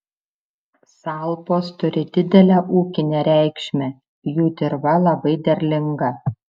salpos turi didelę ūkinę reikšmę jų dirva labai derlinga